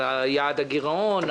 על יעד הגירעון,